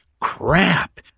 Crap